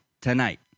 tonight